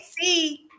see